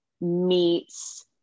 meets